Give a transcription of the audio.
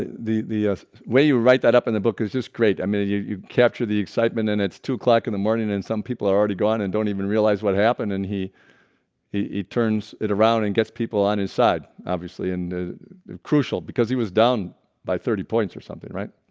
the the way you write that up in the book is just great i mean you you capture the excitement and it's two o'clock in the morning and some people are already gone and don't even realize what happened and he he turns it around and gets people on his side, obviously and crucial because he was down by thirty points or something, right?